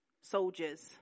soldiers